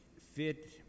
fit